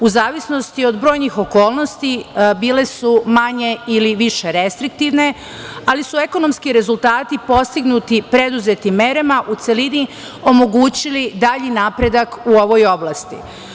U zavisnosti od brojnih okolnosti bile su manje ili više restriktivne, ali su ekonomski rezultati postignuti preduzetim merama u celini omogućili dalji napredak u ovoj oblasti.